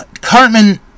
Cartman